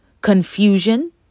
confusion